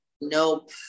Nope